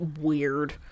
weird